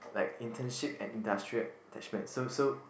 like internship and industrial attachments so so